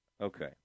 Okay